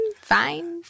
fine